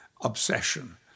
obsession